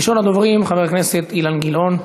ראשון הדוברים, חבר הכנסת אילן גילאון.